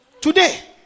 today